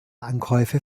ankäufe